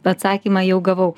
atsakymą jau gavau